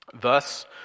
Thus